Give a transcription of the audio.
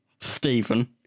Stephen